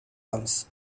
ones